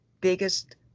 Biggest